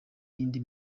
y’indi